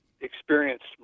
experienced